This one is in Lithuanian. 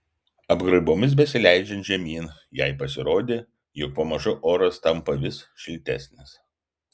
apgraibomis besileidžiant žemyn jai pasirodė jog pamažu oras tampa vis šiltesnis